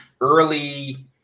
early